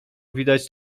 widać